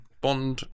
Bond